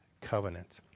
covenant